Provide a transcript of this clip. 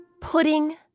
pudding